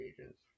agents